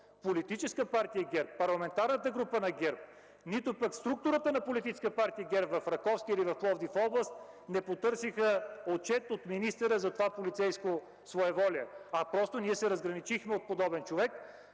Политическа партия ГЕРБ, Парламентарната група на ГЕРБ, структурата на Политическа партия ГЕРБ в Раковски или в Пловдив – област, не потърси отчет от министъра за това полицейско своеволие. Просто ние се разграничихме от подобен човек,